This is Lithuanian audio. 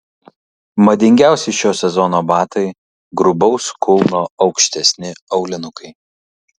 madingiausi šio sezono batai grubaus kulno aukštesni aulinukai